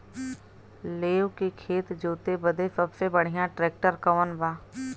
लेव के खेत जोते बदे सबसे बढ़ियां ट्रैक्टर कवन बा?